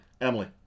Emily